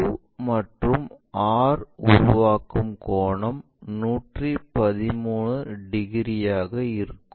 Q மற்றும் R உருவாக்கும் கோணம் 113 டிகிரியாக இருக்கும்